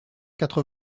quatre